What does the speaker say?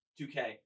2K